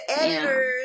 editors